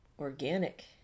organic